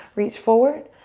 reach forward,